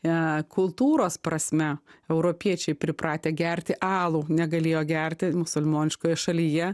e kultūros prasme europiečiai pripratę gerti alų negalėjo gerti musulmoniškoje šalyje